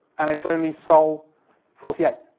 and it's only sol forty eight,